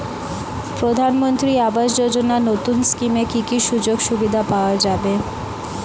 প্রধানমন্ত্রী আবাস যোজনা নতুন স্কিমে কি কি সুযোগ সুবিধা পাওয়া যাবে?